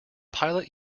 pilot